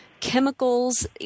chemicals